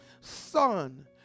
Son